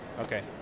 okay